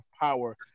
power